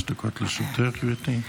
חמש דקות לרשותך, גברתי.